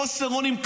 חוסר אונים.